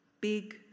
big